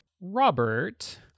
Robert